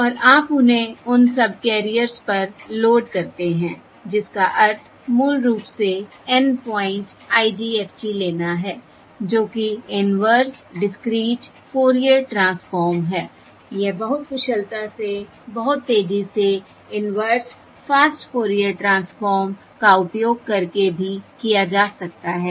और आप उन्हें उन सबकेरियर्स पर लोड करते हैं जिसका अर्थ मूल रूप से N प्वाइंट IDFT लेना हैं जो कि इनवर्स डिसक्रीट फोरियर ट्रांसफॉर्म है यह बहुत कुशलता से बहुत तेजी से इनवर्स फास्ट फोरियर ट्रांसफॉर्म का उपयोग करके भी किया जा सकता है